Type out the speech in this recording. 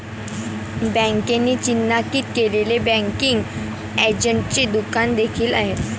बँकेने चिन्हांकित केलेले बँकिंग एजंटचे दुकान देखील आहे